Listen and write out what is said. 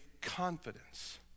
confidence